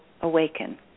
awaken